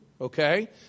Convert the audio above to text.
okay